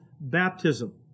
baptism